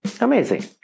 Amazing